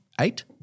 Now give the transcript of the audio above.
Eight